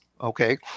Okay